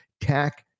TAC